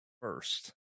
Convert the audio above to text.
first